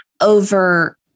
over